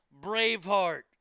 Braveheart